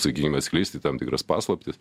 sakykim atskleisti tam tikras paslaptis